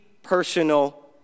personal